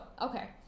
okay